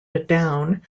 down